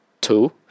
two